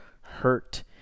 hurt